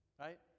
right